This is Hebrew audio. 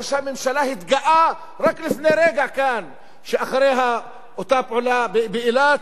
ראש הממשלה התגאה רק לפני רגע כאן שאחרי אותה פעולה באילת,